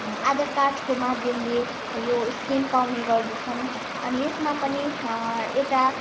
आधार कार्डको माध्यमले यो स्किम पाउने गर्दछन् अनि यसमा पनि एउटा